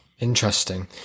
Interesting